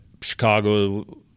Chicago